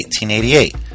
1888